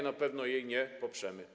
Na pewno jej nie poprzemy.